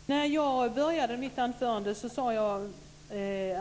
Fru talman! När jag började mitt anförande sade jag